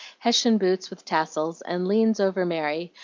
hessian boots with tassels, and leans over mary,